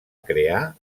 crear